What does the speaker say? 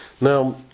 Now